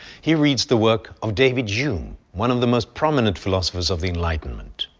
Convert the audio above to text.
he reads the work of david yeah hume, one of the most prominent philosophers of the enlightenment.